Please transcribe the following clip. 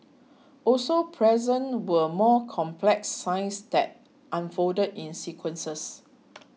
also present were more complex signs that unfolded in sequences